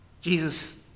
Jesus